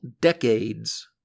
decades